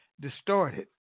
distorted